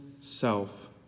self